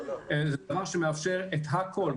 זה דבר שמאפשר את הכול,